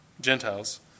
Gentiles